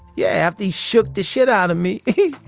yeah. after he shook the shit out of me.